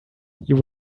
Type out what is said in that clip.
you